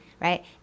right